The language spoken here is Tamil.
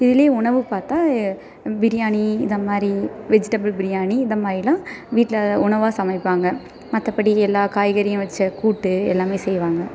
இதுலேயே உணவு பார்த்தா பிரியாணி இந்தமாதிரி வெஜிடபுள் பிரியாணி இந்தமாதிரிலாம் வீட்டில் உணவாக சமைப்பாங்க மற்றபடி எல்லா காய்கறியும் வச்சு கூட்டு எல்லாம் செய்வாங்க